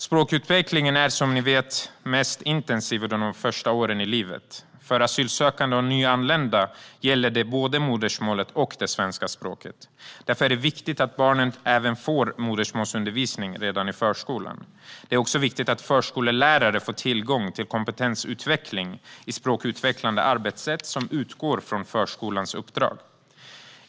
Språkutvecklingen är, som ni vet, som mest intensiv under de första åren i livet. För asylsökande och nyanlända gäller detta både modersmålet och det svenska språket. Därför är det viktigt att barnen även får modersmålsundervisning redan i förskolan. Det är också viktigt att förskollärare får tillgång till kompetensutveckling i språkutvecklande arbetssätt som utgår från förskolans uppdrag.